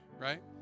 right